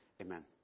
Amen